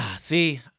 see